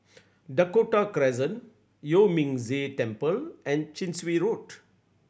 Dakota Crescent Yuan Ming Si Temple and Chin Swee Road